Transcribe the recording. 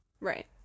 Right